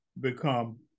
become